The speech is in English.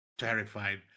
Terrified